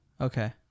Okay